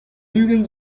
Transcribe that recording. ugent